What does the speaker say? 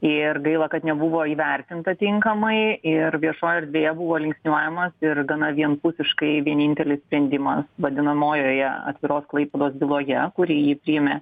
ir gaila kad nebuvo įvertinta tinkamai ir viešojoj erdvėje buvo linksniuojamas ir gana vienpusiškai vienintelis sprendimas vadinamojoje atviros klaipėdos byloje kurį jį priėmė